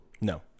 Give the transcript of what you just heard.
No